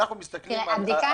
אנחנו מסתכלים על תלונות